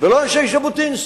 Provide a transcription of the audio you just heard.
ולא אנשי ז'בוטינסקי,